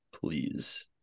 please